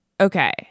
okay